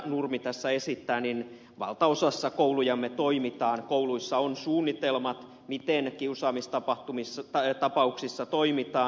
nurmi tässä esittää valtaosassa koulujamme toimitaan kouluissa on suunnitelmat miten kiusaamistapauksissa toimitaan